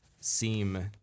seem